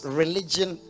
religion